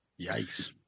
Yikes